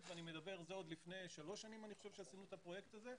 וזה עוד לפני שלוש שנים עת עשינו את הפרויקט הזה,